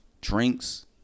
Drinks